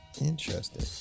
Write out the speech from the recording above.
Interesting